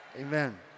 amen